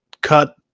cut